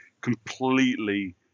completely